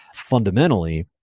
fundamentally,